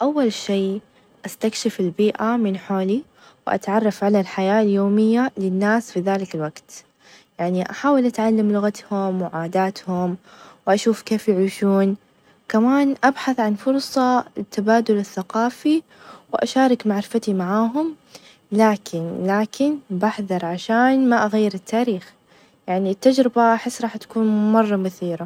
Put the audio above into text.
أول شي استكشف البيئة من حولي، وأتعرف على الحياة اليومية للناس في ذلك الوقت، يعني أحاول أتعلم لغتهم ،وعاداتهم ،وأشوف كيف يعيشون، كمان أبحث عن فرصة للتبادل الثقافي، وأشارك معرفتي معاهم ،لكن لكن بحذر عشان ما أغير التاريخ، يعني التجربة أحس راح تكون مرة مثيرة.